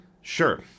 Sure